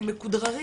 הם מכודררים,